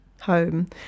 home